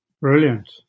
Brilliant